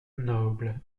noble